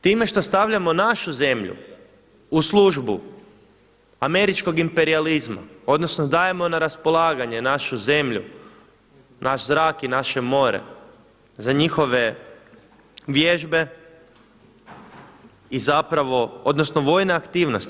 Time što stavljamo našu zemlju u službu američkog imperijalizma, odnosno dajemo na raspolaganje našu zemlju, naš zrak i naše more za njihove vježbe i zapravo, odnosno vojne aktivnosti.